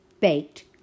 baked